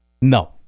no